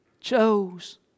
chose